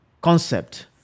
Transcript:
concept